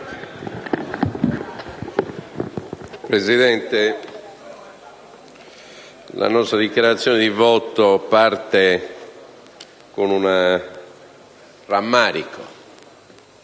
Presidente, la nostra dichiarazione di voto parte con un rammarico